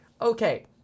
Okay